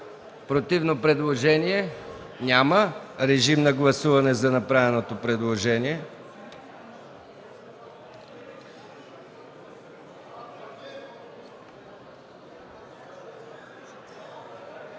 Противно предложение? Няма. Режим на гласуване за направеното предложение.